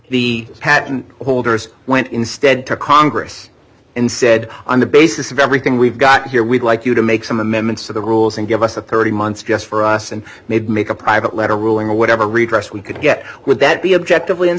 the patent holders went instead to congress and said on the basis of everything we've got here we'd like you to make some amendments to the rules and give us the thirty months just for us and made make a private letter ruling or whatever redress we could get would that be objectively and